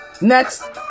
Next